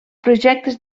projectes